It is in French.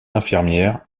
infirmière